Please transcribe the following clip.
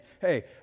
Hey